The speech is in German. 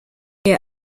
ihr